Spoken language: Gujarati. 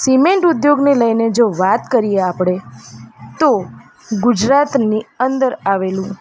સીમેન્ટ ઉદ્યોગને લઈને જો વાત કરીએ આપણે તો ગુજરાતની અંદર આવેલું